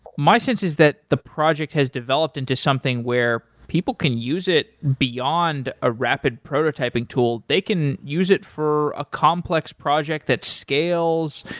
my sense is that the project has developed into something where people can use it beyond a rapid prototyping tool. they can use it for a complex project that scales.